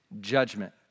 judgment